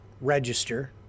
register